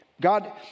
God